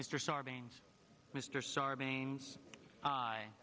mr sarbanes mr sarbanes